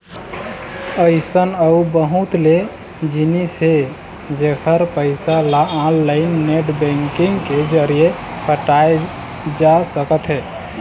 अइसन अउ बहुत ले जिनिस हे जेखर पइसा ल ऑनलाईन नेट बैंकिंग के जरिए पटाए जा सकत हे